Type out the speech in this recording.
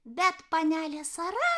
bet panelė sara